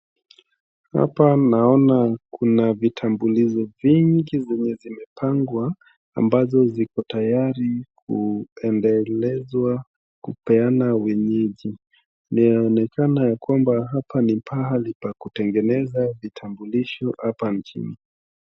Hapa naona kuna vitambulisho mingi zenye zimepangwa ambazo ziko tayari kuendelezwa kupeana wenyeji. Inaonekana ya kwamba hapa ni pahali pa kutengeneza vitambulisho hapa nchini.